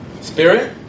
spirit